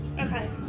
Okay